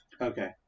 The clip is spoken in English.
Okay